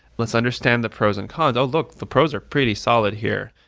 let's understand the pros and cons. oh, look! the pros are pretty solid here.